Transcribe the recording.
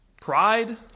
Pride